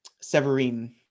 Severine